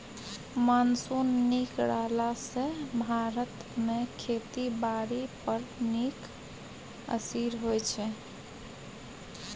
monsoon नीक रहला सँ भारत मे खेती बारी पर नीक असिर होइ छै